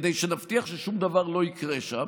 כדי שנבטיח ששום דבר לא יקרה שם.